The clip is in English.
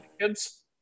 kids